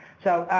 so,